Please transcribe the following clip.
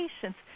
patience